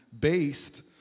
based